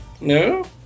No